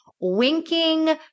winking